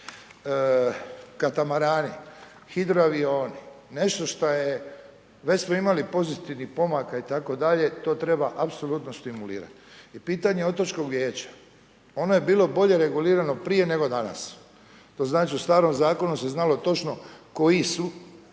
Katamarani, hidroavioni, nešto što je već smo imali pozitivnih pomaka itd., to treba apsolutno stimulirati. I pitanje otočkog vijeća. Ono je bilo bolje regulirano prije nego danas. To znači da se u starom zakonu se znalo točno koji su,